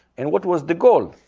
and what was the goal?